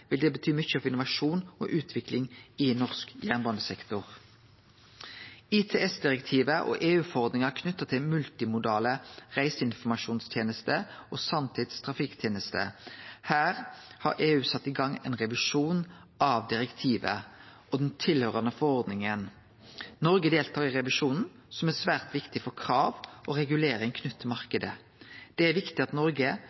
vil det bety mykje for innovasjon og utvikling i norsk jernbanesektor. ITS-direktivet og EU-forordninga knytt til multimodale reiseinformasjonstenester og sanntids trafikktenester: Her har EU sett i gang ein revisjon av direktivet og den tilhøyrande forordninga. Noreg deltar i revisjonen, som er svært viktig for krav og regulering knytt til